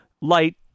light